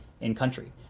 in-country